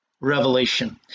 revelation